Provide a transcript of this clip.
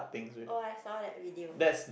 oh I saw that video